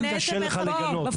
למה קשה לך לגנות?